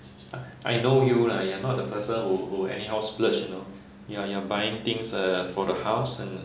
I know you lah !aiya! not the person who who anyhow splurge you know ya you are buying things uh for the house and